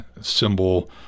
symbol